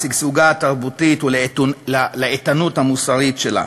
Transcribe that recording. לשגשוגה התרבותי ולאיתנות המוסרית שלה,